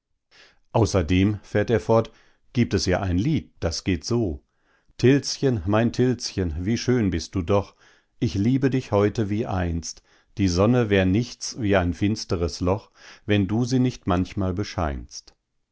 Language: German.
außerdem fährt er fort gibt es ja ein lied das geht so tilschen mein tilschen wie schön bist du doch ich liebe dich heute wie einst die sonne wär nichts wie ein finsteres loch wenn du sie nicht manchmal bescheinst